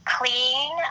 clean